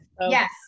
Yes